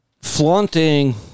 flaunting